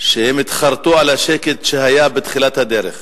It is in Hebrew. התחרטו על השקט שהיה בתחילת הדרך.